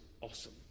awesome